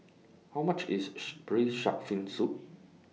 How much IS Braised Shark Fin Soup